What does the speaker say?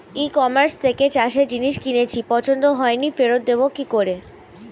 ই কমার্সের থেকে চাষের জিনিস কিনেছি পছন্দ হয়নি ফেরত দেব কী করে?